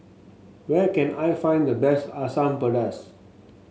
where can I find the best Asam Pedas